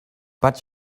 but